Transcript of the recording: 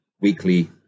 weekly